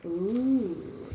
(ooh)